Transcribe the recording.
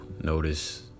notice